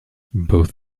both